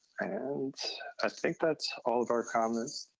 and i think that's all of our comments.